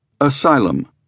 ASYLUM